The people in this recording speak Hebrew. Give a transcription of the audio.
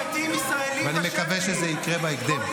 ואני מקווה שזה יקרה בהקדם.